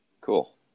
Cool